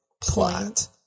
plot